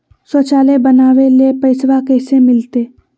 शौचालय बनावे ले पैसबा कैसे मिलते?